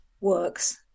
works